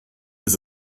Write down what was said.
ist